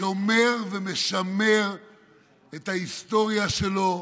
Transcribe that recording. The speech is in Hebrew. שומר ומשמר את ההיסטוריה שלו,